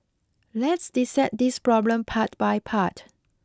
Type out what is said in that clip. let's dissect this problem part by part